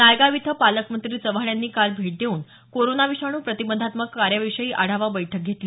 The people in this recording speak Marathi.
नायगाव इथं पालकमंत्री चव्हाण यांनी काल भेट देऊन कोरोना विषाणू प्रतिबंधात्मक कार्याविषयी आढावा बैठक घेतली